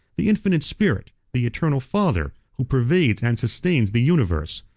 the infinite spirit, the eternal father, who pervades and sustains the universe.